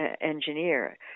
engineer